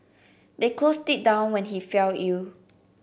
they closed it down when he fell ill